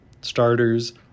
starters